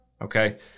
Okay